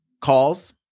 calls